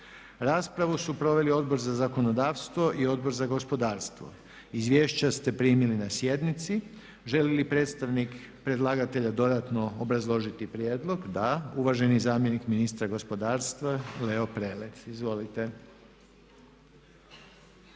Raspravu su proveli Odbor za zakonodavstvo, Odbor za gospodarstvo. Izvješća ste primili na sjednici. Želi li predstavnik predlagatelja dodatno obrazložiti prijedlog? Da. Uvaženi zamjenik ministra gospodarstva Leo Prelec. Izvolite.